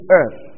earth